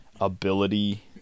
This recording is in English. ability